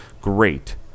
Great